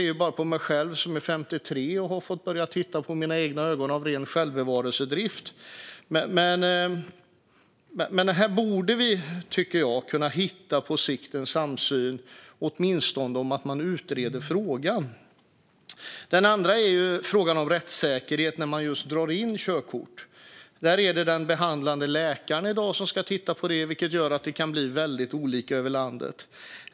Jag kan bara se på mig själv, som är 53 år och har fått börja titta på mina egna ögon av ren självbevarelsedrift. Jag tycker att vi på sikt borde kunna hitta en samsyn åtminstone om att man ska utreda frågan. Den andra frågan handlar om rättssäkerhet när man drar in körkort. Där är det i dag den behandlande läkaren som ska se på detta, vilket gör att det kan bli väldigt olika över landet.